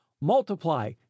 Multiply